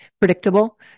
Predictable